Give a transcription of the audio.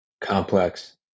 Complex